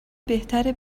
بهتره